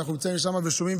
אנחנו נמצאים שם ושומעים,